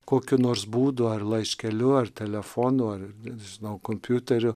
kokiu nors būdu ar laiškeliu ar telefonu ar nežinau kompiuteriu